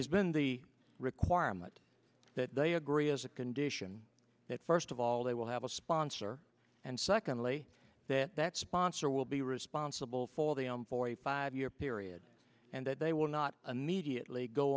has been the requirement that they agree as a condition that first of all they will have a sponsor and secondly that that sponsor will be responsible for the forty five year period and that they will not immediately go